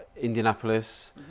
Indianapolis